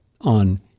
on